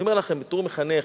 בתור מחנך,